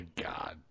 god